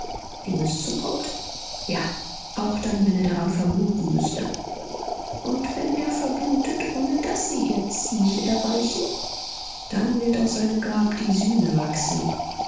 dem es zukommt ja auch dann wenn er daran verbluten müßte und wenn er verblutet ohne daß sie ihr ziel erreichen dann wird aus seinem grab die sühne wachsen